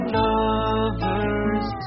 lovers